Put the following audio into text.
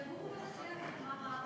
שיגורו בבית-לחם, מה רע?